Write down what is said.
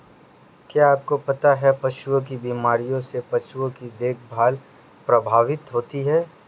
क्या आपको पता है पशुओं की बीमारियों से पशुओं की देखभाल प्रभावित होती है?